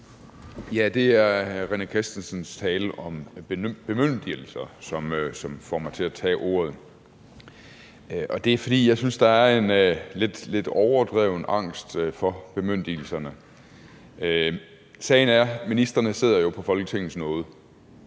Det er hr. René Christensens tale om bemyndigelser, som får mig til at tage ordet. Det er, fordi der er en lidt overdreven angst for bemyndigelserne. Sagen er, at ministrene sidder på Folketingets nåde,